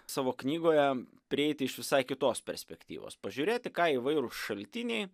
savo knygoje prieiti iš visai kitos perspektyvos pažiūrėti ką įvairūs šaltiniai